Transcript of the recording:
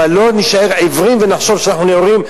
אבל לא נישאר עיוורים ונחשוב שאנחנו נאורים.